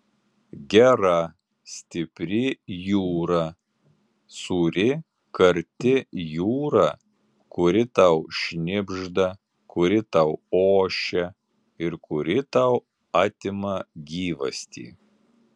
gera stipri jūra sūri karti jūra kuri tau šnibžda kuri tau ošia ir kuri tau atima gyvastį